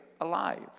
alive